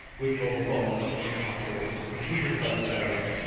with mobile phones and game consoles, and consumer devices, that are like,